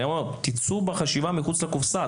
אני אומר תצאו בחשיבה מחוץ לקופסא,